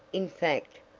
in fact,